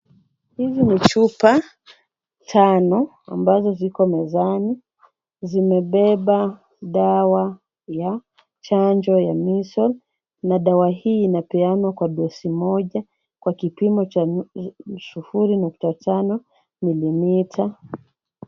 Hizi ni chupa tano ambazo ziko mezani. Zimebeba dawa ya chanjo ya measle na dawa hii inapeanwa kwa dosi moja kwa kipimo cha sufuri nukta tano mililita.